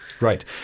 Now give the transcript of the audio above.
Right